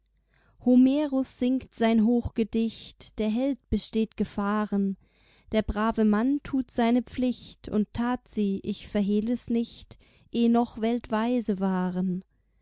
homerus singt sein hochgedicht der held besteht gefahren der brave mann tut seine pflicht und tat sie ich verhehl es nicht eh noch weltweise waren